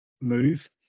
move